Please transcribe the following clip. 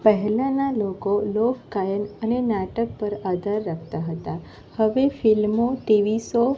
પહેલાંના લોકો લોક ગાયન અને નાટક પર આધાર રાખતા હતા હવે ફિલ્મો ટીવી શો